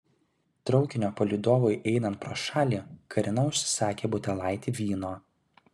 traukinio palydovui einant pro šalį karina užsisakė butelaitį vyno